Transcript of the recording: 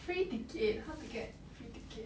free ticket how to get free ticket